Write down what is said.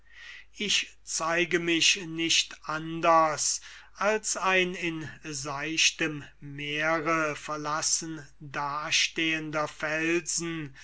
ich zeige mich nicht anders als ein in seichtem meere verlassen dastehender felsen